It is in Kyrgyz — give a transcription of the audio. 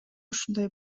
ушундай